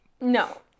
No